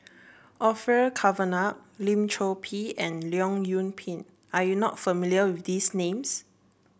Orfeur Cavenagh Lim Chor Pee and Leong Yoon Pin are you not familiar with these names